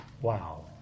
Wow